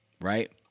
Right